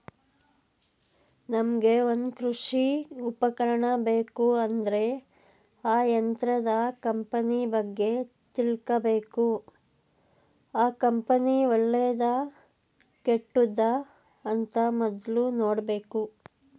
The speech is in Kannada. ನಮ್ಗೆ ಒಂದ್ ಕೃಷಿ ಉಪಕರಣ ಬೇಕು ಅಂದ್ರೆ ಆ ಯಂತ್ರದ ಕಂಪನಿ ಬಗ್ಗೆ ತಿಳ್ಕಬೇಕು ಆ ಕಂಪನಿ ಒಳ್ಳೆದಾ ಕೆಟ್ಟುದ ಅಂತ ಮೊದ್ಲು ನೋಡ್ಬೇಕು